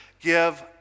give